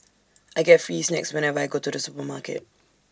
I get free snacks whenever I go to the supermarket